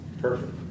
Perfect